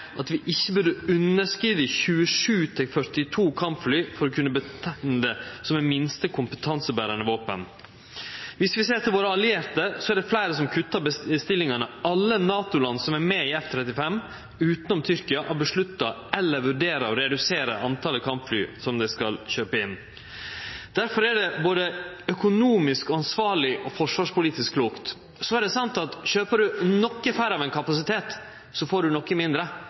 at vi ikkje burde underskride 27 til 42 kampfly for å kunne kalle det det minste kompetanseberande våpen. Viss vi ser til våre allierte, er det fleire som kuttar i bestillingane. Alle NATO-land som er med i F-35, utanom Tyrkia, har vedteke eller vurderer å redusere talet på kampfly som dei skal kjøpe inn. Difor er det både økonomisk, ansvarleg og forsvarspolitisk klokt. Så er det sant at om ein kjøper nokre færre av ein kapasitet, får ein noko mindre,